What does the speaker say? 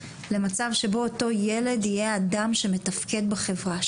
למצב שבו אותו ילד יהיה אדם שמתפקד בחברה,